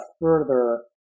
further